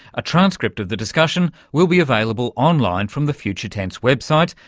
a transcript of the discussion will be available online from the future tense website,